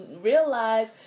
realize